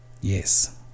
yes